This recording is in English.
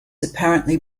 apparently